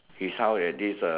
his house at this uh